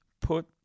put